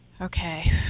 Okay